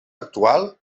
actual